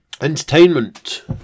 Entertainment